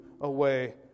away